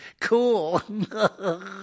cool